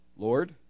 Lord